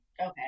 Okay